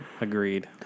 Agreed